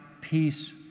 peace